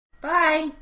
Bye